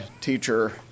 teacher